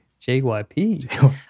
JYP